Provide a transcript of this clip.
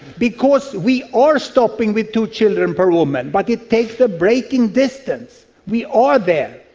because we are stopping with two children per woman, but it takes the braking distance. we are there.